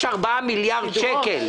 יש 4 מיליארד שקל.